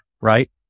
right